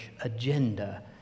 agenda